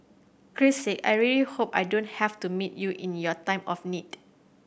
Christ Sake I really hope I don't have to meet you in your time of need